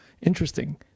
interesting